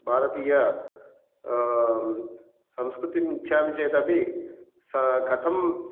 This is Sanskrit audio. भारतीया संस्कृतिम् इच्छामि चेदपि सः कथम्